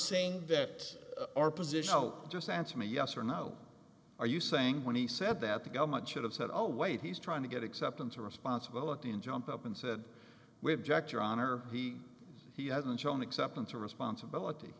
saying that our position i'll just answer me yes or no are you saying when he said that the government should have said oh wait he's trying to get acceptance of responsibility and jump up and said we object your honor he he hasn't shown acceptance of responsibility